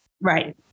Right